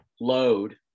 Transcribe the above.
load